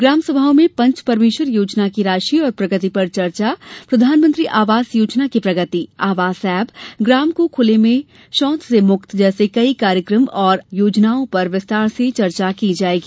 ग्राम सभाओं में पंच परमेश्वर योजना की राशि और प्रगति पर चर्चा प्रधानमंत्री आवास योजना की प्रगति आवास ऐप ग्राम को खुले में शौच से मुक्त जैसे कई कार्यक्रमों और योजनाओं पर विस्तार से चर्चा की जाएगी